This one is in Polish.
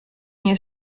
nie